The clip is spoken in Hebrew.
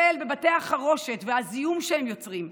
לטפל בבתי החרושת והזיהום שהם יוצרים,